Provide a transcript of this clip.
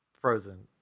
Frozen